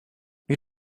you